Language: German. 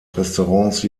restaurants